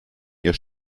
ihr